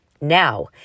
now